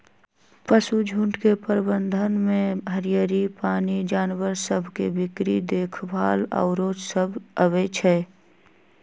पशुझुण्ड के प्रबंधन में हरियरी, पानी, जानवर सभ के बीक्री देखभाल आउरो सभ अबइ छै